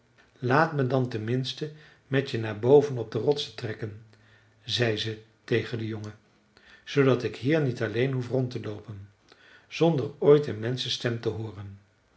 laat me dan ten minste met je naar boven op de rotsen trekken zei ze tegen den jongen zoodat ik hier niet alleen hoef rond te loopen zonder ooit een menschenstem te hooren